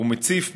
הוא מציף,